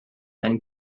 then